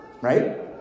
right